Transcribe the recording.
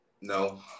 No